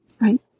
Right